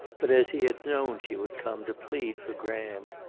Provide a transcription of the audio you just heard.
but as he had known she would come, to plead for graham.